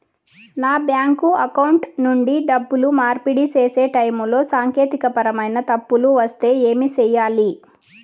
bank account నుండి డబ్బులు మార్పిడి సేసే టైములో సాంకేతికపరమైన తప్పులు వస్తే ఏమి సేయాలి